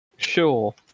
Sure